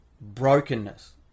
brokenness